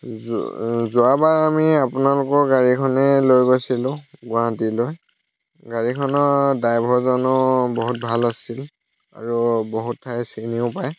যো যোৱাবাৰ আমি আপোনালোকৰ গাড়ীখনে লৈ গৈছিলো গুৱাহাটীলৈ গাড়ীখনৰ ড্ৰাইভৰজনো বহুত ভাল আছিল আৰু বহুত ঠাই চিনিও পায়